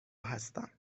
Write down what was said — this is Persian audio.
هستم